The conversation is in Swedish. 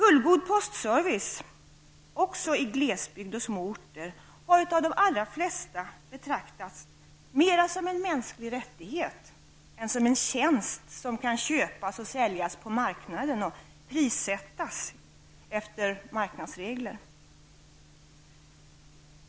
Fullgod postservice också i glesbygd och små orter har av de allra flesta betraktats mer som en mänsklig rättighet än som en tjänst som kan köpas och säljas på marknaden och prissättas efter marknadsregler.